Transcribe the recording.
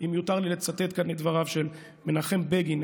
אם יותר לצטט כאן את דבריו של מנחם בגין,